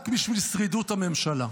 רק בשביל שרידות הממשלה.